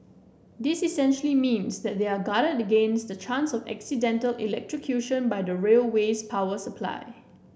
this essentially means they are guarded against the chance of accidental electrocution by the railway's power supply